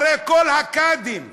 הרי כל הקאדים השרעים,